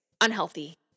unhealthy